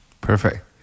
Perfect